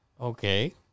Okay